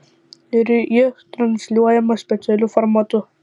ji transliuojama specialiu formatu